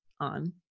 on